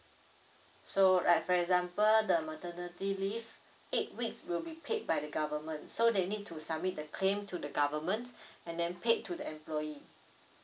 so like for example the maternity leave eight weeks will be paid by the government so they need to submit the claim to the government and then paid to the employee